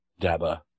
dabba